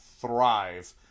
thrive